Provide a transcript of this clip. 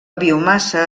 biomassa